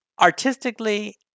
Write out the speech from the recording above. artistically